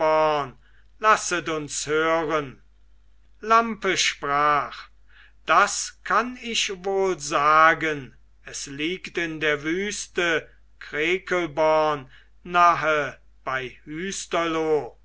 lasset uns hören lampe sprach das kann ich wohl sagen es liegt in der wüste krekelborn nahe bei